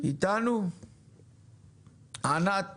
אני מייצגת את איגוד לשכות המסחר.